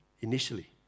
initially